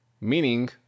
Meaning